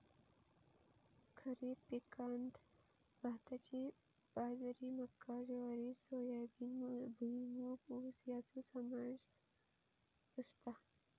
खरीप पिकांत भाताची बाजरी मका ज्वारी सोयाबीन भुईमूग ऊस याचो समावेश असता